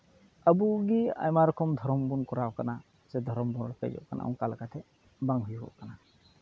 ᱟᱹᱵᱩᱜᱮ ᱟᱭᱢᱟ ᱨᱚᱠᱚᱢ ᱫᱷᱚᱨᱚᱢ ᱵᱚᱱ ᱠᱚᱨᱟᱣᱮᱫ ᱠᱟᱱᱟ ᱥᱮ ᱫᱷᱚᱨᱚᱢ ᱵᱚᱱ ᱨᱮᱯᱮᱡᱚᱜ ᱠᱟᱱᱟ ᱚᱱᱠᱟ ᱞᱮᱠᱟᱛᱮ ᱵᱟᱝ ᱦᱩᱭᱩᱜᱚᱜ ᱠᱟᱱᱟ